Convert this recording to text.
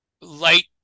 light